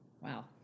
Wow